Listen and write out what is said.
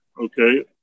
okay